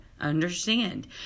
Understand